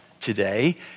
today